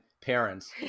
parents